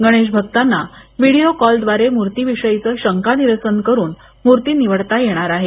गणेशभक्तांना video कॉलद्वारे मूर्ती विषयीचे शंकानिरसन करून मूर्ती निवडता येणार आहे